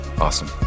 awesome